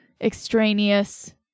extraneous